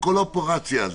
כל האופרציה הזאת,